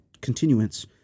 continuance